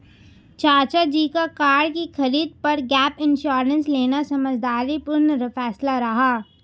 चाचा जी का कार की खरीद पर गैप इंश्योरेंस लेना समझदारी पूर्ण फैसला रहा